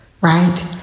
right